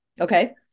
Okay